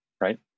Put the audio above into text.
right